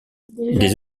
des